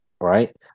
right